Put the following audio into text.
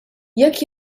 jekk